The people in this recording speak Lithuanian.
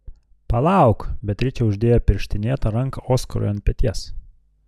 palauk beatričė uždėjo pirštinėtą ranką oskarui ant peties